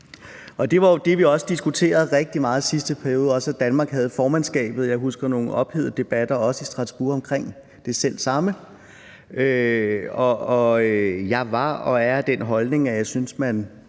Det var jo det, vi også diskuterede rigtig meget i sidste periode, også da Danmark havde formandskabet. Jeg husker nogle ophedede debatter, også i Strasbourg, om det selv samme. Jeg var og er af den holdning, at jeg synes, man